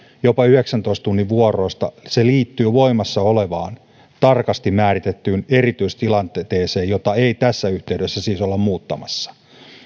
jopa yhdeksäntoista tunnin vuoroista liittyy voimassa olevaan tarkasti määritettyyn erityistilanteeseen jota ei tässä yhteydessä siis olla muuttamassa